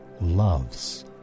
loves